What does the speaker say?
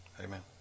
Amen